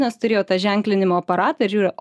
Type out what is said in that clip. nes turėjo tą ženklinimo aparatą ir žiūri